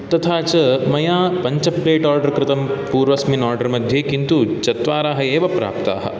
तथा च मया पञ्च प्लेट् आर्डर् कृतम् पूर्वस्मिन् आर्डर् मध्ये किन्तु चत्वारः एव प्राप्ताः